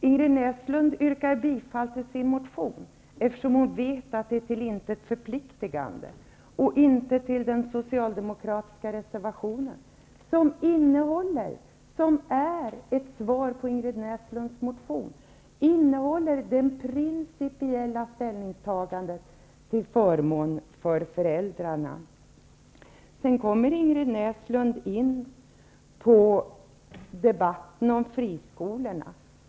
Ingrid Näslund yrkar bifall till sin motion, eftersom hon vet att det är till intet förpliktigande, i stället för att yrka bifall till den socialdemokratiska reservationen, som är ett svar på Ingrid Näslunds motion, som innehåller ett principiellt ställningstagande till förmån för föräldrarna. Sedan kommer Ingrid Näslund in på debatten om friskolorna.